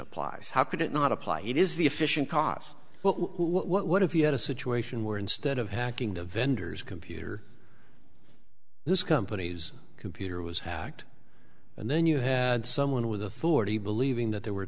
applies how could it not apply it is the efficient cost well what if you had a situation where instead of hacking the vendor's computer this company's computer was hacked and then you had someone with authority believing that they were